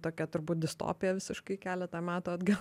tokia turbūt distopija visiškai keletą metų atgal